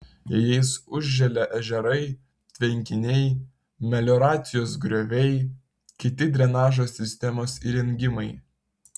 jais užželia ežerai tvenkiniai melioracijos grioviai kiti drenažo sistemos įrengimai